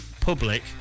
Public